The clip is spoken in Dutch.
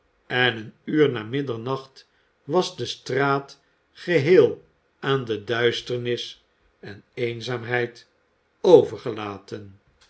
en een uur na middernacht was de straat geheel aan de duisternis en eenzaamheid overgelaten